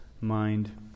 mind